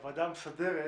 הוועדה המסדרת